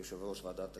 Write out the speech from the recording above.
יושב-ראש ועדת הכספים,